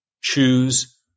choose